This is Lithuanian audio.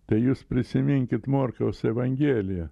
tai jūs prisiminkit morkaus evangeliją